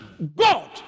God